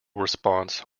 response